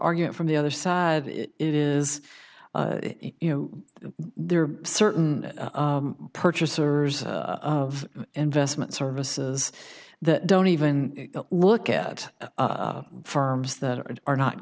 argument from the other side it is you know there are certain purchasers of investment services that don't even look at firms that are